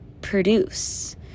produce